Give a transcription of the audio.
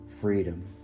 freedom